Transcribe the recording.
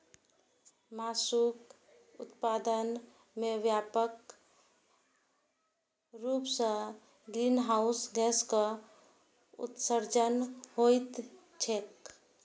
मासुक उत्पादन मे व्यापक रूप सं ग्रीनहाउस गैसक उत्सर्जन होइत छैक